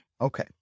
Okay